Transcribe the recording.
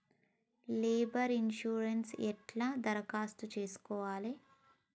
Labour insurance ఎట్ల దరఖాస్తు చేసుకోవాలే?